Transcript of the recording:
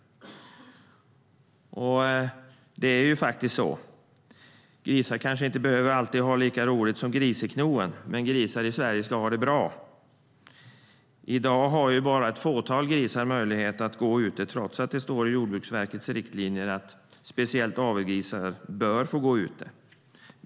Och det är ju faktiskt så. Grisar kanske inte alltid behöver ha lika roligt som Griseknoen, men grisar i Sverige ska ha det bra. I dag har bara ett fåtal grisar möjlighet att gå ute trots att det står i Jordbruksverkets riktlinjer att speciellt avelsgrisar bör få gå ute.